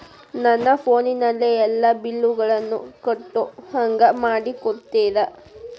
ನನ್ನ ಫೋನಿನಲ್ಲೇ ಎಲ್ಲಾ ಬಿಲ್ಲುಗಳನ್ನೂ ಕಟ್ಟೋ ಹಂಗ ಮಾಡಿಕೊಡ್ತೇರಾ?